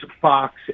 Fox